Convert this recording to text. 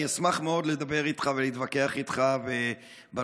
אני אשמח מאוד לדבר איתך ולהתווכח איתך בנושא.